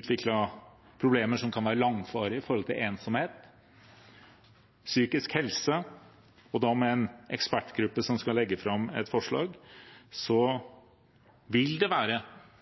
utviklet problemer som kan være langvarige med tanke på ensomhet og psykisk helse – at en ekspertgruppe skal legge fram forslag. Da vil det være